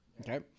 Okay